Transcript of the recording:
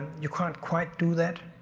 you can't quite do that.